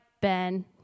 Ben